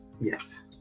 Yes